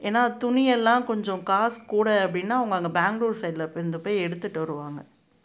ஏன்னா துணியெல்லாம் கொஞ்சம் காசு கூட அப்படின்னா அவங்க அங்கே பெங்களூர் சைட்ல இருந்து போய் எடுத்துட்டு வருவாங்கள்